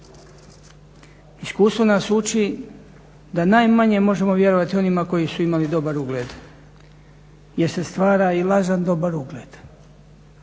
Iskustvo nas uči da najmanje možemo vjerovati onima koji su imali dobar ugled jer se stvara i lažan dobar ugled.